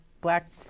black